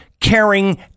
caring